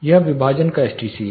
यह विभाजन का एसटीसी है